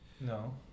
No